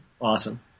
awesome